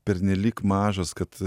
pernelyg mažas kad